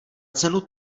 cenu